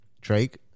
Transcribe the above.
Drake